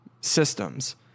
systems